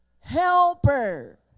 helper